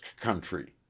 country